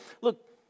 Look